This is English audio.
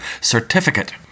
certificate